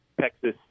Texas